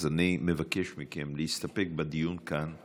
אז אני מבקש מכם להסתפק בדיון כאן,